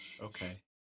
Okay